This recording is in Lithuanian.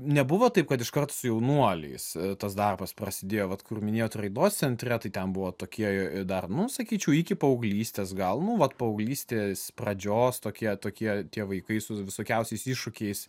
nebuvo taip kad iškart su jaunuoliais tas darbas prasidėjo vat kur minėjot raidos centre ten buvo tokie dar nu sakyčiau iki paauglystės gal nu vat paauglystės pradžios tokie tokie tie vaikai su visokiausiais iššūkiais